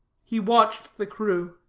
he watched the crew.